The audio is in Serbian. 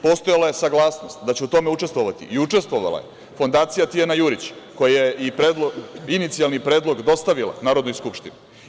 Postojala je saglasnost da će u tome učestvovati, i učestvovala je Fondacija „Tijana Jurić“, koja je i inicijalni predlog dostavila Narodnoj skupštini.